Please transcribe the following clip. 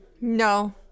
No